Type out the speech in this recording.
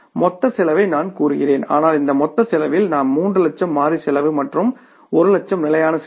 மொத்த செலவை நான் கூறுகிறேன் ஆனால் இந்த மொத்த செலவில் நம் 3 லட்சம் மாறி செலவு மற்றும் 1 லட்சம் நிலையான செலவு